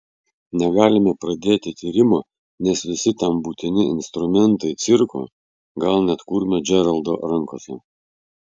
negalime pradėti tyrimo nes visi tam būtini instrumentai cirko gal net kurmio džeraldo rankose